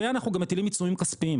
ואנחנו גם מטילים עיצומים כספיים,